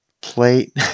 plate